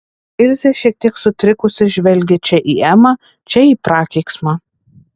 ilzė šiek tiek sutrikusi žvelgė čia į emą čia į prakeiksmą